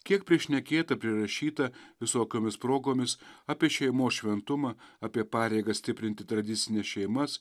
kiek prišnekėta prirašyta visokiomis progomis apie šeimos šventumą apie pareigą stiprinti tradicines šeimas